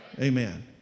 Amen